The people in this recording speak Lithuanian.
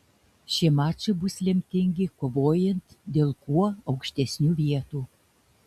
šie mačai bus lemtingi kovojant dėl kuo aukštesnių vietų